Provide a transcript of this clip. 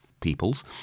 peoples